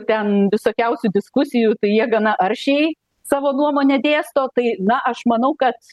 ten visokiausių diskusijų jie gana aršiai savo nuomonę dėsto tai na aš manau kad